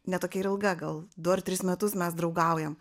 ne tokia ir ilga gal du ar tris metus mes draugaujam